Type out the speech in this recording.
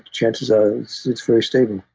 chances are it's very stable.